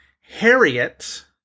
Harriet